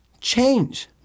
change